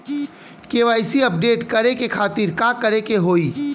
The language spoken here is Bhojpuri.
के.वाइ.सी अपडेट करे के खातिर का करे के होई?